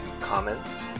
comments